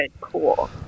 Cool